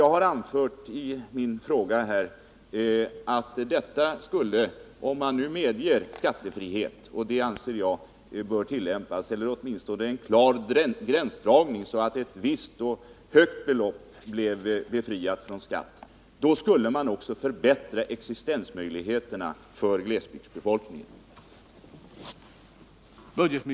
Jag har anfört i min fråga att om man medger skattefrihet — det anser jag bör gälla — eller åtminstone drar en klar gräns, så att ett visst, relativt högt inkomstbelopp blir befriat från skatt, skulle man också förbättra existensmöjligheterna för glesbygdsbefolkningen.